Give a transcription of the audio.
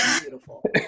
beautiful